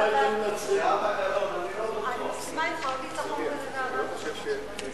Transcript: באמת עוד ניצחון כזה ואבדנו.